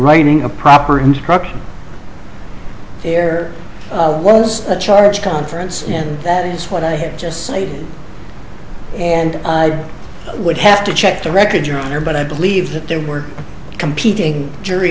writing a proper instruction there was a charge conference and that is what i have just stated and i would have to check the record your honor but i believe that there were competing jury